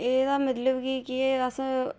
एह्दा मतलब कि केह् अस